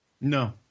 No